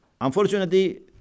Unfortunately